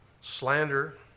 slander